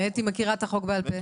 אתי מכירה את החוק בעל פה.